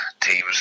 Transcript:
teams